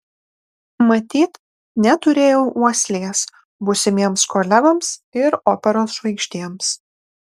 matyt neturėjau uoslės būsimiems kolegoms ir operos žvaigždėms